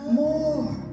more